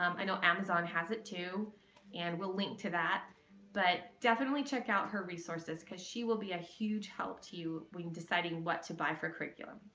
um i know amazon has it too and we'll link to that but definitely check out her resources because she will be a huge help to you when deciding what to buy for curriculum.